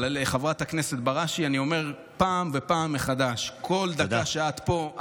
אבל לחברת הכנסת בראשי אני אומר שוב ושוב מחדש: כל דקה שאת פה,